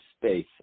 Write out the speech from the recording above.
space